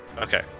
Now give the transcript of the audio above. okay